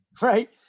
right